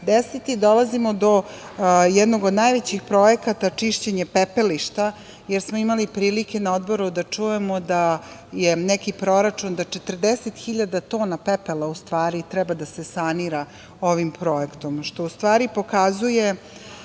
desiti dolazimo do jednog od najvećih projekata čišćenja pepelišta, jer smo imali prilike na Odboru da čujemo da je neki proračun da 40.000 tona pepela u stvari treba da se sanira ovim projektom, što u stvari pokazuje